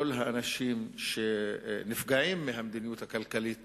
כל האנשים שנפגעים מהמדיניות הכלכלית